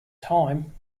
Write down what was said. time